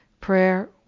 Prayer